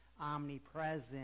omnipresent